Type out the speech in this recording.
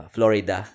Florida